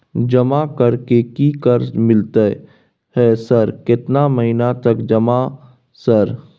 जमा कर के की कर मिलते है सर केतना महीना तक जमा सर?